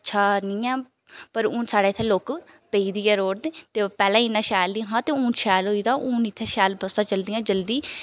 अच्छा निं ऐ पर हून साढ़े इ'त्थें लुक पेई दी ऐ रोड दे पैह्लें इ'न्ना शैल नेईं हा ते हून शैल होई दा हून इ'त्थें शैल बस्सां चलदियां जल्दी